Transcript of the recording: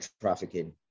trafficking